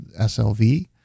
SLV